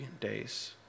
days